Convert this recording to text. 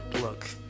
look